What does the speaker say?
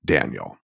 Daniel